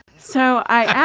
so i